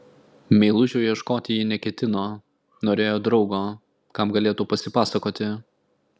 meilužio ieškoti ji neketino norėjo draugo kam galėtų pasipasakoti